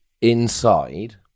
Inside